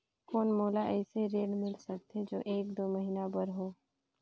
कौन मोला अइसे ऋण मिल सकथे जो एक दो महीना बर हो?